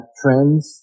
trends